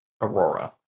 Aurora